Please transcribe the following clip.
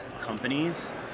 companies